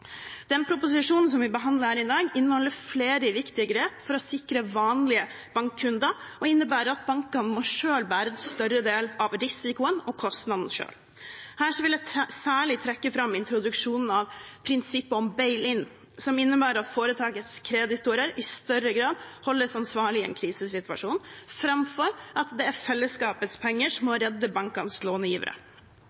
Den proposisjonen som vi behandler her i dag, inneholder flere viktige grep for å sikre vanlige bankkunder og innebærer at bankene må bære en større del av risikoen og kostnaden selv. Her vil jeg særlig trekke fram introduksjonen av prinsippet om «bail-in», som innebærer at foretakets kreditorer i større grad holdes ansvarlig i en krisesituasjon framfor at det er fellesskapets penger som